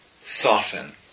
soften